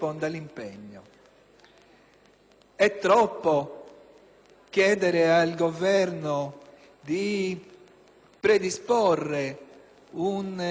È troppo chiedere al Governo di predisporre un veicolo